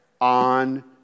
on